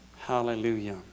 Hallelujah